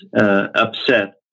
upset